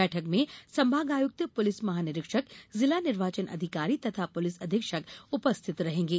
बैठक में संभागायुक्त पुलिस महानिरीक्षक जिला निर्वाचन अधिकारी तथा पुलिस अधीक्षक उपस्थित रहेंगे